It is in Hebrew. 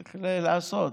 צריך לעשות.